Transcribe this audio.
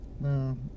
No